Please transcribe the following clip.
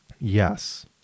Yes